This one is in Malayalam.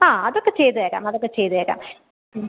ആ അതൊക്കെ ചെയ്ത് തരാം അതൊക്കെ ചെയ്ത് തരാം ഉം